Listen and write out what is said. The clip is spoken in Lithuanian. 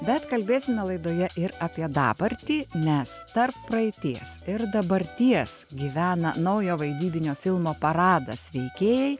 bet kalbėsime laidoje ir apie dabartį nes tarp praeities ir dabarties gyvena naujo vaidybinio filmo paradas veikėjai